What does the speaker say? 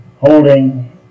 holding